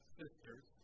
sisters